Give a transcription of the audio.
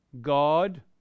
God